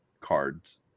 cards